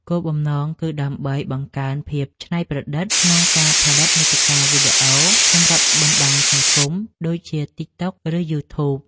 គោលបំណងគឺដើម្បីបង្កើនភាពច្នៃប្រឌិតក្នុងការផលិតមាតិកាវីដេអូសម្រាប់បណ្ដាញសង្គមដូចជា តិក តុក ឬ យូធូប។